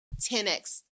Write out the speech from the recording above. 10X